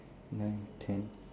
nine ten